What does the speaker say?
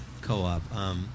Co-op